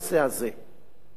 עם חברי כנסת,